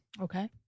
Okay